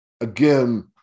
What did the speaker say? Again